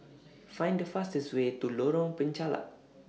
Find The fastest Way to Lorong Penchalak